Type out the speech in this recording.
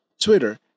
Twitter